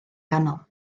ganol